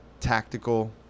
tactical